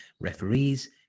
referees